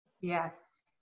yes